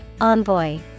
Envoy